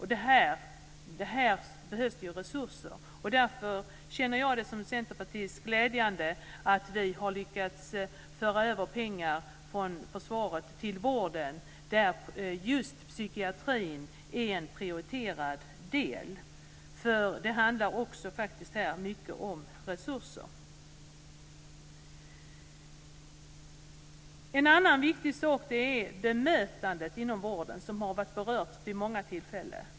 Här behövs resurser, och det känns glädjande för mig som centerpartist att vi har lyckats föra över pengar från försvaret till vården, med prioritering just av psykiatrin. Det handlar här faktiskt också mycket om resurser. En annan viktig fråga är bemötandet inom vården, något som har berörts vid många tillfällen.